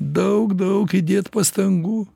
daug daug įdėt pastangų